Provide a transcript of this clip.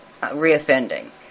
reoffending